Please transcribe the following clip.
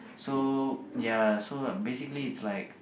so ya so basically it's like